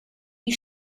die